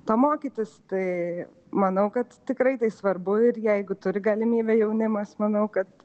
to mokytis tai manau kad tikrai tai svarbu ir jeigu turi galimybę jaunimas manau kad